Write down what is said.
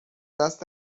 دست